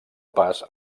pas